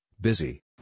busy